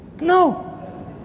No